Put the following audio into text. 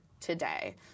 today